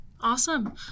Awesome